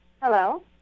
Hello